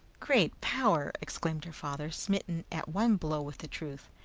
great power! exclaimed her father, smitten at one blow with the truth,